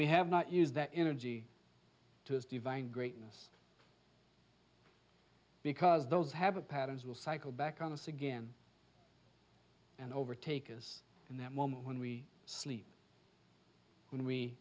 we have not used that energy to his divine greatness because those habit patterns will cycle back on the sigyn and overtake us and that moment when we sleep when we